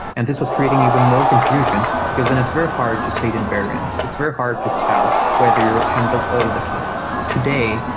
and this was creating even more confusion, because then it's very hard to state in variance. it's very hard to tell whether you can build all the cases today,